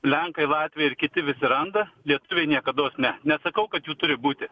lenkai latviai ir kiti visi randa lietuviai niekados ne nesakau kad jų turi būti